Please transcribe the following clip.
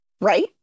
Right